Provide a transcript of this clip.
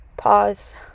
pause